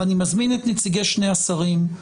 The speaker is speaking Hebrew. ואני מזמין את נציגי שני השרים,